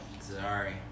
Sorry